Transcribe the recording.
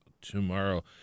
tomorrow